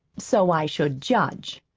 so i should judge.